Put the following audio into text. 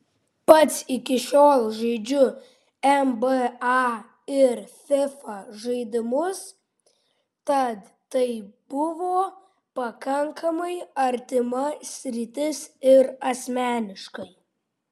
pats iki šiol žaidžiu nba ir fifa žaidimus tad tai buvo pakankamai artima sritis ir asmeniškai